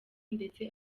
ndetse